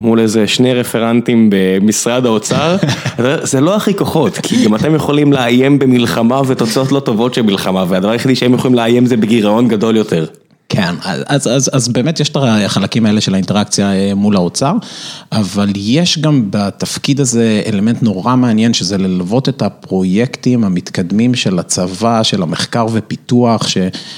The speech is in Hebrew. מול איזה שני רפרנטים במשרד האוצר, זה לא הכי כוחות, כי אם אתם יכולים לאיים במלחמה ותוצאות לא טובות של מלחמה, והדבר היחיד שהם יכולים לאיים זה בגירעון גדול יותר. כן, אז באמת יש את החלקים האלה של האינטראקציה מול האוצר, אבל יש גם בתפקיד הזה אלמנט נורא מעניין, שזה ללוות את הפרויקטים המתקדמים של הצבא, של המחקר ופיתוח ש...